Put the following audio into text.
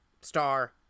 star